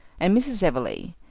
and mrs. everleigh,